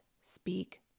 speak